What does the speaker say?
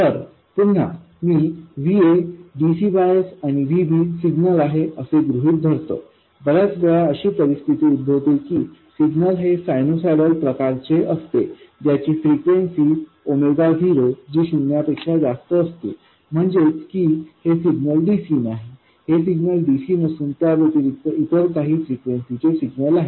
तर पुन्हा मी Va dc बायस आणिVb सिग्नल आहे असे गृहीत धरूतोय बर्याच वेळा अशी परिस्थिती उद्भवते की सिग्नल हे सायनुसायडल प्रकार चे असते ज्याची फ्रेंक्वेंसी 0 जी शून्यापेक्षा जास्त असते म्हणजेच की हे सिग्नल dc नाही हे सिग्नल dc नसून त्याव्यतिरिक्त इतर काही फ्रेंक्वेंसीचे सिग्नल आहे